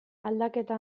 aldaketa